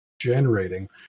generating